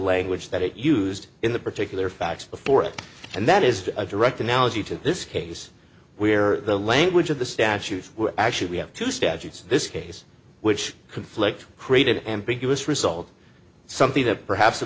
language that it used in the particular facts before it and that is a direct analogy to this case where the language of the statute actually we have two statutes in this case which conflict created an ambiguous result something that perhaps the